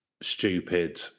stupid